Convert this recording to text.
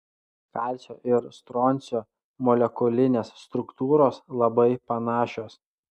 kalcio ir stroncio molekulinės struktūros labai panašios